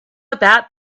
about